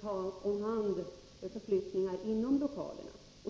svara för förflyttningar inom lokalerna.